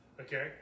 Okay